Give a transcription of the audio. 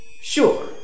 Sure